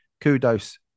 kudos